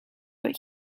but